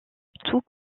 tout